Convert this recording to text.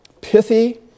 pithy